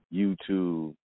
YouTube